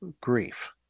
grief